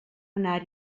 anar